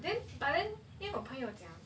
then but then 因为我朋友讲